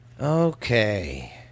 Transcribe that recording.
Okay